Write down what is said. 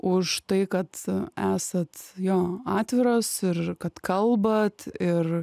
už tai kad esat jo atviros ir kad kalbat ir